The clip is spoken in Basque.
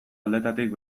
aldetatik